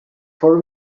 for